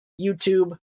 YouTube